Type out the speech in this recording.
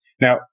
Now